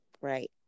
right